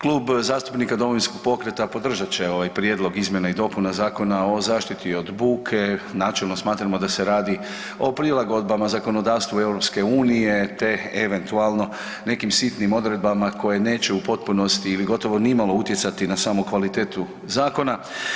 Klub zastupnika Domovinskog pokreta podržat će ovaj Prijedlog izmjena i dopuna Zakona o zaštiti od buke, načelno smatramo da se radi o prilagodbama zakonodavstva EU te eventualno nekim sitnim odredbama koje neće u potpunosti ili gotovo nimalo utjecati na samu kvalitetu zakona.